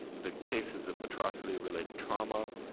the cases of atrocity-related trauma,